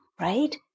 Right